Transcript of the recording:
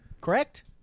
Correct